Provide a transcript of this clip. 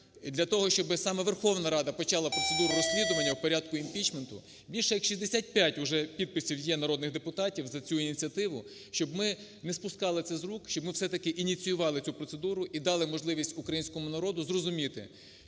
Для того, щоб саме Верховна Рада почала процедуру розслідування в порядку імпічменту. Більше як 65 уже підписів є народних депутатів за цю ініціативу. Щоб ми не спускали це з рук, щоб ми все-таки ініціювали цю процедуру і дали можливість українському народу зрозуміти,